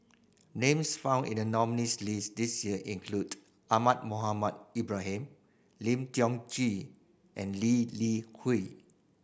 names found in the nominees' list this year include Ahmad Mohamed Ibrahim Lim Tiong Ghee and Lee Li Hui